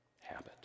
habit